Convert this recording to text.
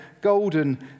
golden